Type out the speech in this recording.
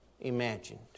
imagined